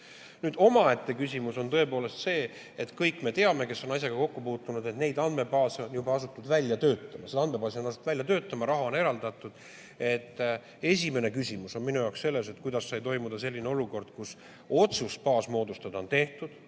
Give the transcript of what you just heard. Omaette küsimus on tõepoolest see: kõik me teame, kes on asjaga kokku puutunud, et neid andmebaase on juba asutud välja töötama. Seda andmebaasi on asutud välja töötama, raha on eraldatud. Esimene küsimus on minu jaoks selles, kuidas sai toimuda selline olukord, kus otsus baas moodustada on tehtud